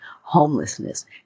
homelessness